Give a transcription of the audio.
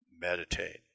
Meditate